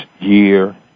year